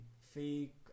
fake